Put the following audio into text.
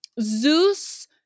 zeus